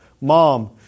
Mom